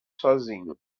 sozinho